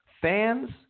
fans